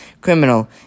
Criminal